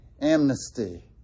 amnesty